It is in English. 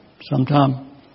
sometime